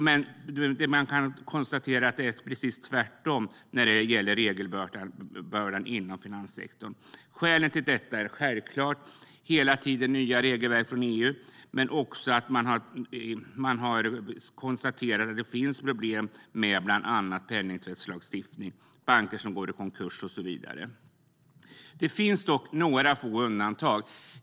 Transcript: Men man kan konstatera att det är precis tvärtom när det gäller regelbördan inom finanssektorn. Skälen till detta är självklart hela tiden nya regelverk från EU. Men man har också konstaterat att det finns problem med penningtvättslagstiftning, banker som går i konkurs och så vidare. Det finns dock några få undantag.